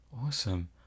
Awesome